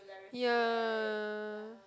ya